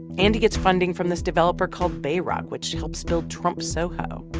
and he gets funding from this developer called bayrock, which helps build trump soho